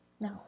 No